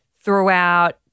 throughout